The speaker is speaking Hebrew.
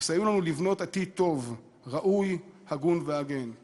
תסייעו לנו לבנות עתיד טוב, ראוי, הגון והגן.